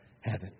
heaven